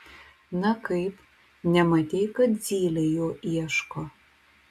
na kaip nematei kad zylė jo ieško